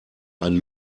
ein